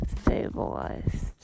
stabilized